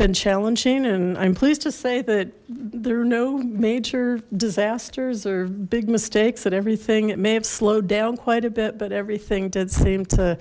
been challenging and i'm pleased to say that there are no major disasters or big mistakes and everything it may have slowed down quite a bit but everything did seem to